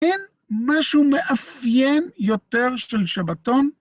אין משהו מאפיין יותר של שבתון